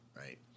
Right